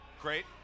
Great